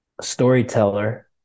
storyteller